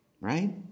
right